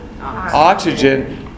oxygen